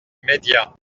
media